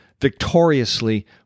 victoriously